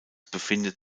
befindet